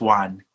one